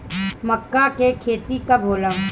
माका के खेती कब होला?